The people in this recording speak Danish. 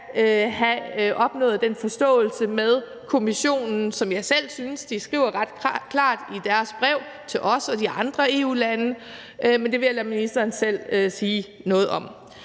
have opnået den forståelse med Kommissionen, som jeg selv synes de skriver ret klart i deres brev til os og de andre EU-lande. Men det vil jeg lade ministeren selv sige noget om.